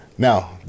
Now